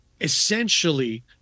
Essentially